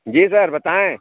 جی sir بتائیں